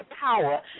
power